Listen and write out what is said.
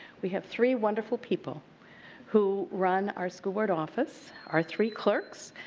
we have three wonderful people who run our school board office, our three clerks.